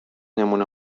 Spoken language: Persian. نمونه